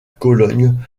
cologne